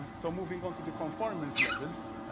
so moving on to the conformance levels,